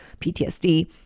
PTSD